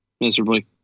miserably